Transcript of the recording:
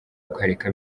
ukareka